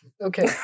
Okay